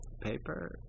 paper